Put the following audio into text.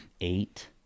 Eight